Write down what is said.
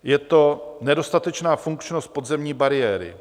Je to nedostatečná funkčnost podzemní bariéry.